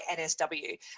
NSW